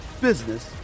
business